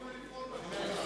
הוא מסכים עם הרפורמה שלך,